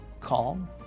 calm